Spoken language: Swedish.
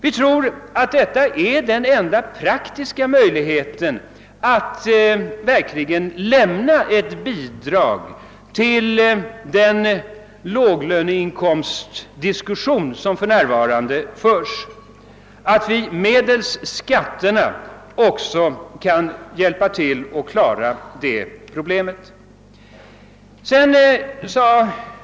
Vi tror att detta är den enda praktiska möjligheten att verkligen lämna ett bidrag till den låglöneinkomstdiskussion som för närvarande förs. Vi kan medelst skatterna hjälpa till att klara också det problemet.